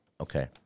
Okay